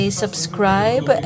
subscribe